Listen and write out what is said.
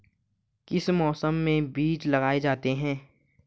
किस मौसम में बीज लगाए जाते हैं?